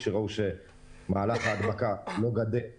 כשראו שההדבקה לא מתרחבת אז